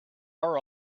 are